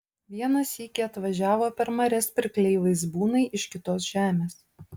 vieną sykį atvažiavo per marias pirkliai vaizbūnai iš kitos žemės